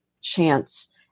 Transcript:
chance